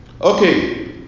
Okay